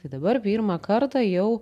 tai dabar pirmą kartą jau